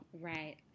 Right